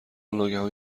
ناگهان